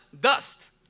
dust